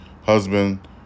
husband